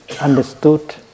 understood